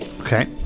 Okay